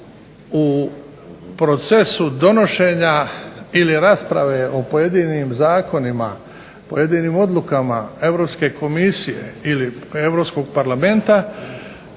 u procesu donošenja ili rasprave o pojedinim zakonima, pojedinim odlukama Europske komisije ili Europskog parlamenta,